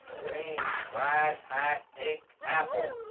green, grass, hat, ink, apple.